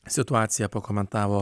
situaciją pakomentavo